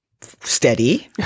Steady